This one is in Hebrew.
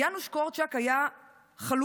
יאנוש קורצ'אק היה חלוץ,